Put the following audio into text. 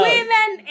Women